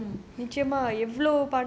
mm